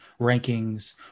rankings